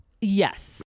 Yes